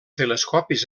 telescopis